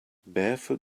barefoot